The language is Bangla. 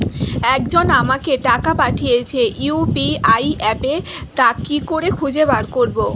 একজন আমাকে টাকা পাঠিয়েছে ইউ.পি.আই অ্যাপে তা কি করে খুঁজে বার করব?